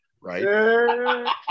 right